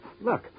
Look